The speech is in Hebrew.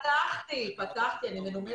בוקר טוב לכולם.